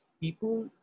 people